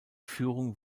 führung